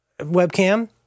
webcam